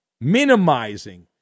minimizing